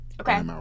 okay